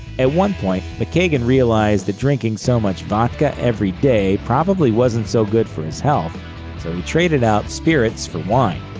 at one point, mckagan realized that drinking so much vodka everyday probably wasn't so good for his health, so he traded out spirits for wine.